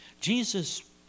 Jesus